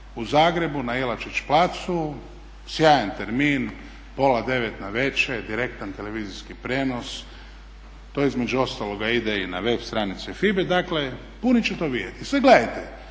u Zagrebu na Jelačić placu, sjajan termin, pola 9 navečer, direktan televizijski prijenos. To između ostaloga ide i na web stranice FIBA-e. Dakle, puno će to vidjeti. Sad gledajte,